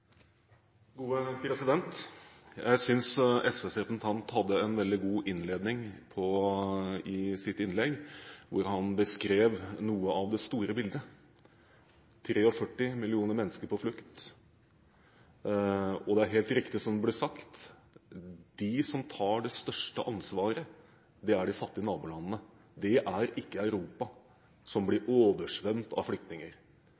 Jeg synes SVs representant hadde en veldig god innledning i sitt innlegg, hvor han beskrev noe av det store bildet – 43 millioner mennesker på flukt. Det er helt riktig som det ble sagt: De som tar det største ansvaret, er de fattige nabolandene. Det er ikke Europa som blir oversvømt av flyktninger.